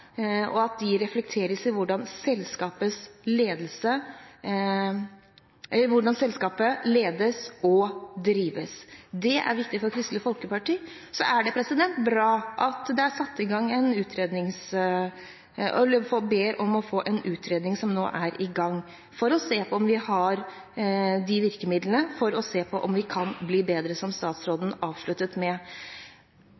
og dette skal reflekteres i hvordan selskapet ledes og drives. Det er viktig for Kristelig Folkeparti. Det er bra at man har bedt om å få en utredning – som nå er i gang – for å se på om vi har de virkemidlene, for å se på om vi kan bli bedre, som